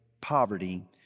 poverty